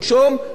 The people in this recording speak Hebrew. ואני מקווה,